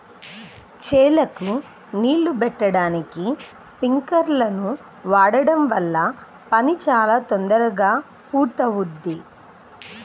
చేలకు నీళ్ళు బెట్టడానికి స్పింకర్లను వాడడం వల్ల పని చాలా తొందరగా పూర్తవుద్ది